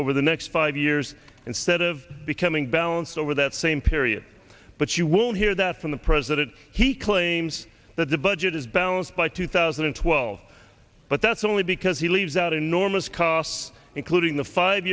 over the next five years instead of becoming balanced over that same period but you won't hear that from the president he claims that the budget is balanced by two thousand and twelve but that's only because he leaves out enormous costs including the five